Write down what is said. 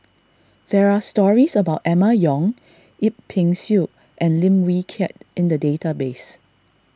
there are stories about Emma Yong Yip Pin Xiu and Lim Wee Kiak in the database